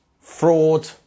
fraud